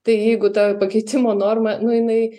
tai jeigu tą pakeitimo normą nu jinai